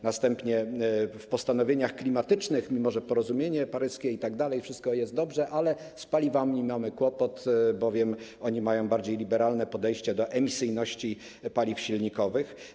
Następnie postanowienia klimatyczne, mimo że porozumienie paryskie itd., wszystko jest dobrze, ale z paliwami mamy kłopot, bowiem oni mają bardziej liberalne podejście do emisyjności paliw silnikowych.